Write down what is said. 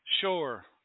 sure